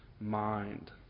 mind